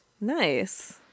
Nice